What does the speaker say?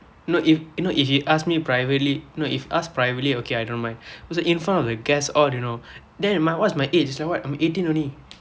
no if you know if you ask me privately know if us privately okay I don't mind was in front of the guests all you know then my what's my age it's like what I'm eighteen only